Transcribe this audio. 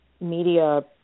media